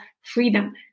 freedom